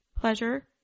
pleasure